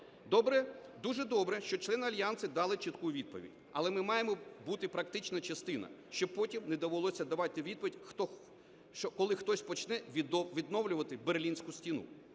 дуже добре, що члени Альянсу дали чітку відповідь, але ми маємо бути практично частина, щоб потім не довелося давати відповідь, коли хтось почне відновлювати Берлінську стіну.